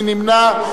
מי נמנע?